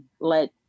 let